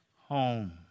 home